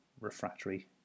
refractory